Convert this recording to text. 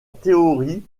théorie